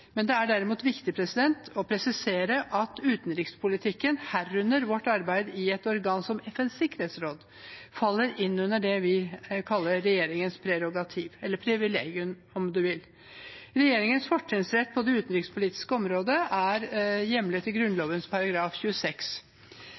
men det er viktig å presisere at utenrikspolitikken, herunder vårt arbeid i et organ som FNs sikkerhetsråd, faller inn under det vi kaller regjeringens prerogativ, eller privilegium, om man vil. Regjeringens fortrinnsrett på det utenrikspolitiske området er